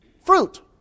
Fruit